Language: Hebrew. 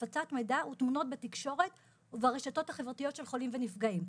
הפצת מידע ותמונות בתקשורת וברשתות החברתיות של חולים ונפגעים.